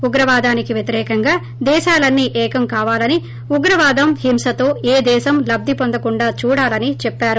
ఉగ్రవాదానికి వ్యతిరేకంగా దేశాలన్నీ ఏకం కావాలని ఉగ్రవాదం హింసతో ఏ దేశం లబ్లి పొందకుండా చూడాలని చెప్పారు